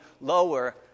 lower